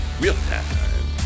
real-time